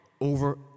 over